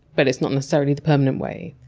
but it's not necessarily the permanent way.